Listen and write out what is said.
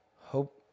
Hope